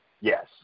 Yes